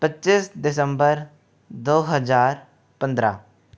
पच्चीस दिसम्बर दो हज़ार पंद्रह